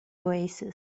oasis